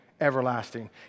everlasting